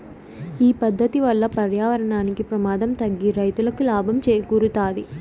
ఈ పద్దతి వల్ల పర్యావరణానికి ప్రమాదం తగ్గి రైతులకి లాభం చేకూరుతాది